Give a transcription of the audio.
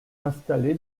installé